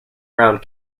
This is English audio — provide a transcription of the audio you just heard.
round